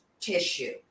tissue